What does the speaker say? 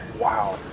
Wow